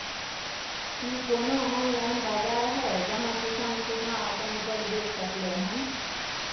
की कोनो ऑनलाइन बाजार हय जहां किसान सीधा अपन उपज बेच सकलय हन?